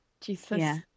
Jesus